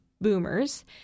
boomers